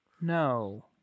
No